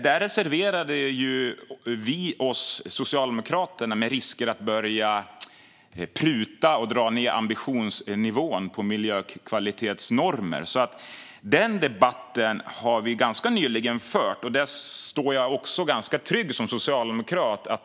Där reserverade vi socialdemokrater oss på grund av riskerna med att börja pruta på och dra ned på ambitionsnivån på miljökvalitetsnormerna. Den debatten har vi ganska nyligen fört, och där står jag också ganska trygg som socialdemokrat.